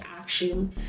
action